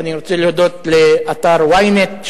ואני רוצה להודות לאתר ynet,